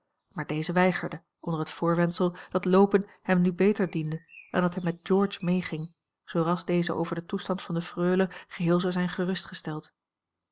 maar deze weigerde onder het voorwendsel dat loopen hem nu beter diende en dat hij met george meeging zoo ras deze over den toestand van de freule geheel zou zijn